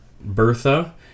Bertha